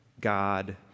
God